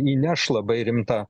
įneš labai rimtą